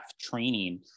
training